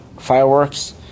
fireworks